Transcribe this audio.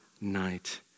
night